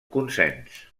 consens